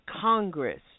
Congress